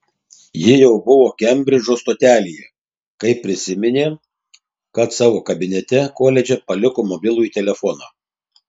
ji jau buvo kembridžo stotelėje kai prisiminė kad savo kabinete koledže paliko mobilųjį telefoną